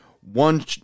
one